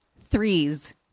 Threes